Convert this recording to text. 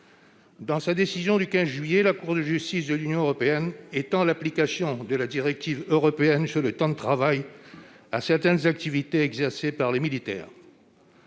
Par son arrêt du 15 juillet 2021, la Cour de justice de l'Union européenne a étendu l'application de la directive européenne sur le temps de travail à certaines activités exercées par les militaires.